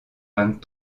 vingt